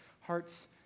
hearts